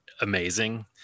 amazing